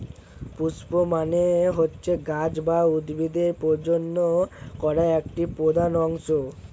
পুস্প মানে হচ্ছে গাছ বা উদ্ভিদের প্রজনন করা একটি প্রধান অংশ